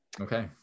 okay